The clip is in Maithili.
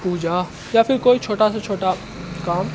पूजा या फेर कोइ छोटासँ छोटा काम